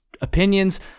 opinions